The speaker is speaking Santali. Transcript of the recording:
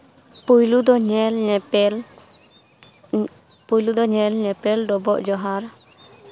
ᱯᱳᱭᱞᱳ ᱫᱚ ᱧᱮᱞ ᱧᱮᱯᱮᱞ ᱯᱳᱭᱞᱳ ᱫᱚ ᱧᱮᱞ ᱧᱮᱯᱮᱞ ᱰᱚᱵᱚᱜ ᱡᱚᱦᱟᱨ